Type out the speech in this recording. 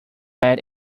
add